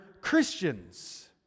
Christians